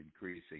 increasing